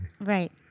Right